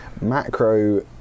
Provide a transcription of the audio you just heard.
Macro